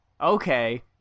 Okay